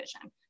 vision